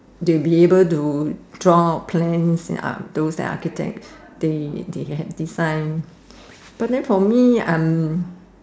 they be able to draw out plans to send architect they they can design but than for me I am